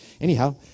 Anyhow